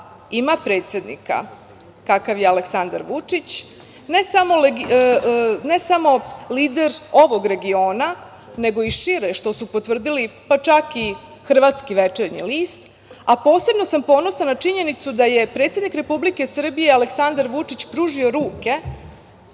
ima predsednika kakav je Aleksandar Vučić ne samo lider ovog regiona nego i šire, što su potvrdili pa čak i hrvatski večernji list, a posebno sam ponosna na činjenicu da je predsednik Republike Srbije Aleksandar Vučić pružio ruke